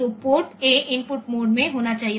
तोपोर्ट A input mode में होना चाहिए